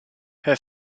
her